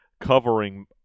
covering